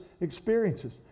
experiences